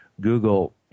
Google